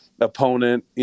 opponent